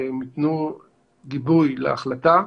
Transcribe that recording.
שהם יתנו גיבוי להחלטה.